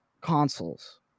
consoles